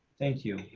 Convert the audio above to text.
thank you.